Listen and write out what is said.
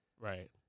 Right